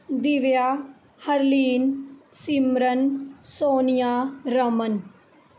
Divya Harleen Simran Sonia Raman